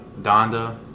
donda